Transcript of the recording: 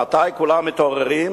מתי כולם מתעוררים?